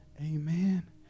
Amen